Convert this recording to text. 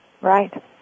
Right